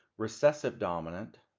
recessive dominant,